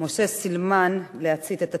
משה סילמן להצית את עצמו.